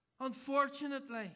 Unfortunately